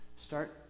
Start